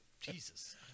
Jesus